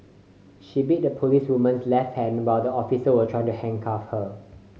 she bit the policewoman's left hand while the officer was trying to handcuff her